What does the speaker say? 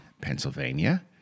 Pennsylvania